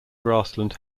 grassland